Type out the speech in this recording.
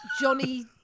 Johnny